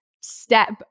step